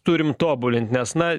turim tobulint nes na